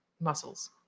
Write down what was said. Muscles